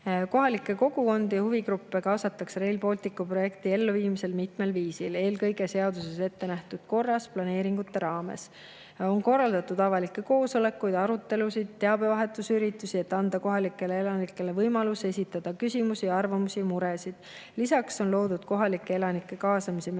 Kohalikke kogukondi ja huvigruppe kaasatakse Rail Balticu projekti elluviimisel mitmel viisil, eelkõige seaduses ettenähtud korras, planeeringute raames. On korraldatud avalikke koosolekuid ja arutelusid, teabevahetusüritusi, et anda kohalikele elanikele võimalus esitada küsimusi ja arvamusi, muresid. Lisaks on loodud kohalike elanike kaasamise mehhanisme,